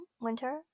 winter